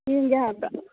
ꯌꯦꯡꯒꯦ ꯍꯥꯏꯕ꯭ꯔꯥ